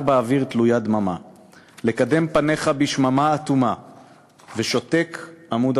באוויר תלויה דממה / לקדם פניך בשממה אטומה / ושותק עמוד